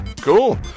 cool